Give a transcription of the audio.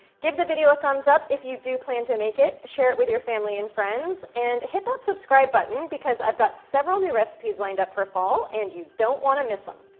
give the video a thumbs up if you do plan to make it. share it with your family and friends, and hit that subscribe button because i've got several new recipes lined up for fall, and you don't want to miss em.